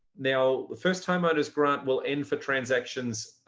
now the first time owners grant will end for transactions